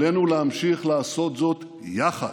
עלינו להמשיך לעשות זאת יחד,